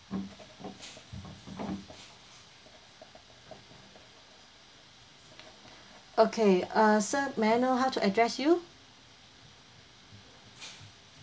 okay uh sir may I know how to address you